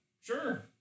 Sure